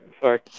Sorry